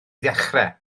ddechrau